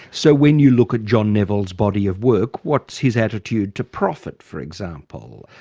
so when you look at john nevile's body of work, what's his attitude to profit for example,